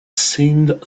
seemed